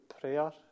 prayer